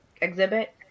exhibit